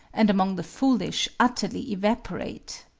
and among the foolish utterly evaporate!